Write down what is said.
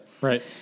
Right